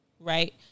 Right